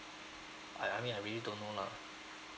I I mean I really don't know lah